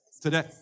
Today